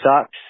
sucks